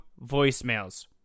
voicemails